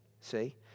See